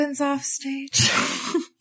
offstage